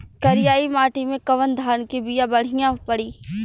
करियाई माटी मे कवन धान के बिया बढ़ियां पड़ी?